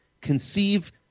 conceive